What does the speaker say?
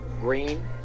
Green